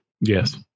Yes